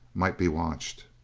might be watched.